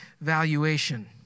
valuation